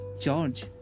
George